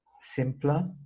simpler